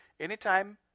Anytime